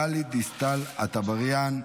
אושרה בקריאה הטרומית,